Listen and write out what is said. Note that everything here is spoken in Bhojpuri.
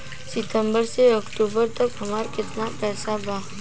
सितंबर से अक्टूबर तक हमार कितना पैसा बा?